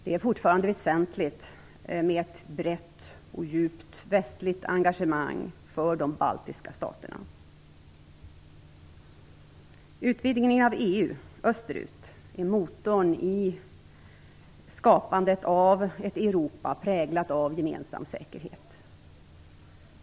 Det är fortfarande väsentligt med ett brett och djupt västligt engagemang för de baltiska staterna. Utvidgningen av EU österut är motorn i skapandet av ett Europa präglat av gemensam säkerhet.